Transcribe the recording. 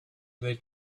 they